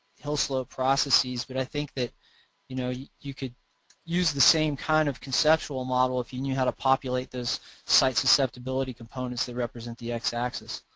hill slope processes, but i think that you know you you could use the same kind of conceptual model if you knew how to populate those site susceptibility components that represent the x-axis.